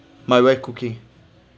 my wife cooking